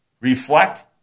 reflect